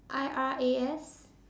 I R A S